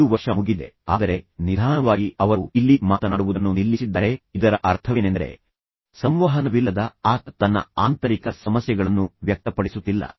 ಒಂದು ವರ್ಷ ಮುಗಿದಿದೆ ಆದರೆ ನಿಧಾನವಾಗಿ ಅವರು ಇಲ್ಲಿ ಮಾತನಾಡುವುದನ್ನು ನಿಲ್ಲಿಸಿದ್ದಾರೆ ಇದರ ಅರ್ಥವೇನೆಂದರೆ ಸಂವಹನವಿಲ್ಲದ ಆತ ತನ್ನ ಆಂತರಿಕ ಸಮಸ್ಯೆಗಳನ್ನು ವ್ಯಕ್ತಪಡಿಸುತ್ತಿಲ್ಲ